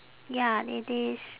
ya it is